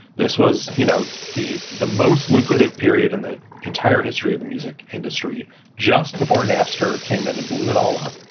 this was, you know, the the most lucrative period in the entire history of the music industry just before napster came in and blew it all up.